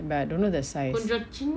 but I don't know the size